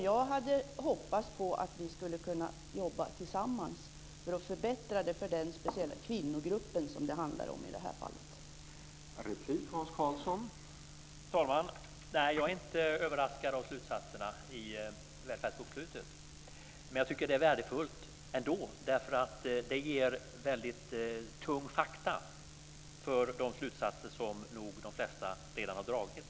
Jag hade hoppats på att vi skulle kunna jobba tillsammans för att förbättra för den speciella kvinnogrupp som det handlar om i det här fallet.